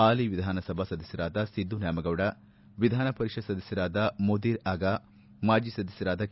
ಹಾಲಿ ವಿಧಾನಸಭಾ ಸದಸ್ನರಾದ ಸಿದ್ದು ನ್ಯಾಮಗೌಡ ವಿಧಾನ ಪರಿಷತ್ ಸದಸ್ನರಾದ ಮುದಿರ್ ಅಗಾ ಮಾಜಿ ಸದಸ್ಯರಾದ ಕೆ